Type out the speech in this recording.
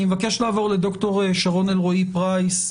אני מבקש לעבור לדוקטור שרון אלרעי פרייס.